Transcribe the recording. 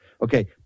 Okay